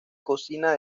cocina